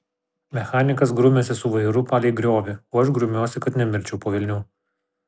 mechanikas grumiasi su vairu palei griovį o aš grumiuosi kad nemirčiau po velnių